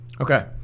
Okay